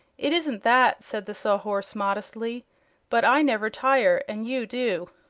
it isn't that, said the sawhorse, modestly but i never tire, and you do.